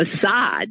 facade